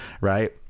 Right